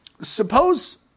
suppose